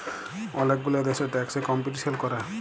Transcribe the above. ওলেক গুলা দ্যাশে ট্যাক্স এ কম্পিটিশাল ক্যরে